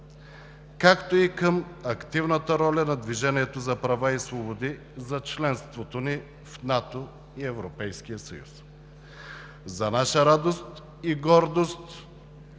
както и към активната роля на „Движението за права и свободи“ за членството ни в НАТО и Европейския съюз. За наша радост и гордост